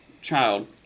child